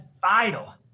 vital